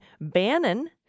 Bannon